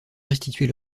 restituer